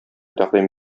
тәкъдим